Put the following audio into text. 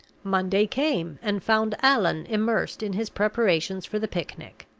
monday came, and found allan immersed in his preparations for the picnic.